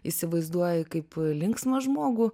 įsivaizduoji kaip linksmą žmogų